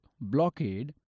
blockade